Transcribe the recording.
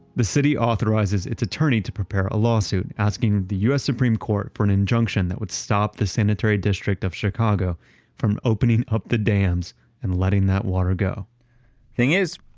the city authorizes its attorney to prepare a lawsuit asking the us supreme court for an injunction that would stop the sanitary district of chicago from opening up the dams and letting that water go thing is,